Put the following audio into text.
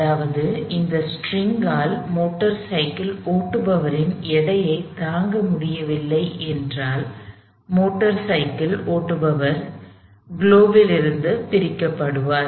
அதாவது அந்த ஸ்டிரிங் ஆல் மோட்டார் சைக்கிள் ஓட்டுபவரின் எடையைத் தாங்க முடியவில்லை என்றால் மோட்டார் சைக்கிள் ஓட்டுபவர் பூகோளத்திலிருந்து பிரிக்கப்படுவார்